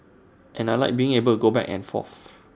and I Like being able go back and forth